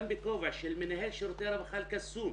גם בכובע של מנהל שירותי הרווחה באלקסום,